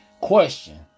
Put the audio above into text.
Question